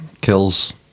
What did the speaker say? kills